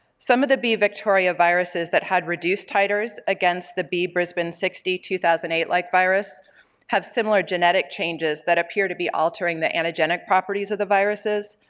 some of the b victoria viruses that had reduced titers against the b brisbane sixty two thousand and eight like virus have similar genetic changes that appear to be altering the anagenic properties of the viruses,